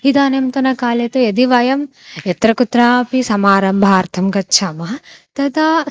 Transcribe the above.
इदानीन्तनकाले तु यदि वयं यत्र कुत्रापि समारम्भार्थं गच्छामः तदा